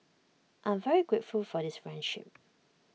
I'm very grateful for this friendship